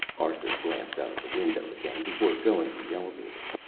arthur glanced out of the window again before going to the elevator.